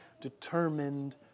determined